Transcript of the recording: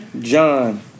John